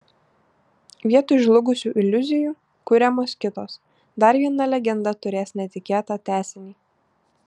vietoj žlugusių iliuzijų kuriamos kitos dar viena legenda turės netikėtą tęsinį